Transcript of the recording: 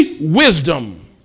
wisdom